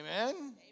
Amen